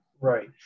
Right